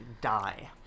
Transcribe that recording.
die